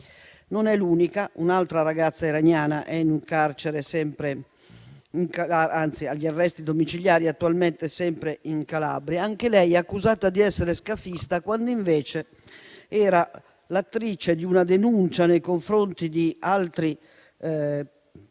Non è l'unica: un'altra ragazza iraniana è, attualmente, agli arresti domiciliari sempre in Calabria, anche lei accusata di essere scafista, quando invece era l'autrice di una denuncia nei confronti di altre